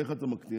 איך אתה מקטין?